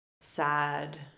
sad